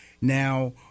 Now